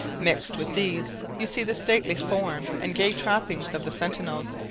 mixed with these you see the stately form and gay trappings of the sentinels,